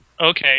okay